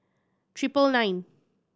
triple nine